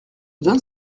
donne